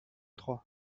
trois